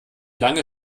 lange